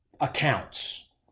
accounts